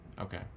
Okay